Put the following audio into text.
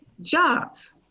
jobs